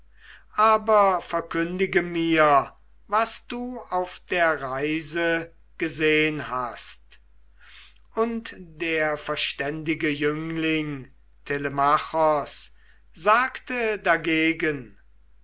aber verkündige mir was du auf der reise gesehn hast und der verständige jüngling telemachos sagte dagegen